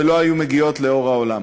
ולא היו מגיעות לאור העולם.